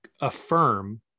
affirm